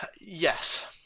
yes